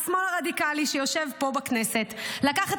השמאל הרדיקלי שיושב פה בכנסת לקח את